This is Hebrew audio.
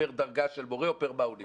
פר דרגה של מורה או פר מה הוא לימד.